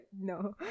no